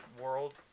world